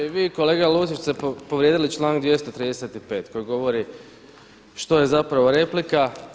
I vi i kolega Lucić ste povrijedili članak 235. koji govori što je zapravo replika.